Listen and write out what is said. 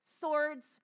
swords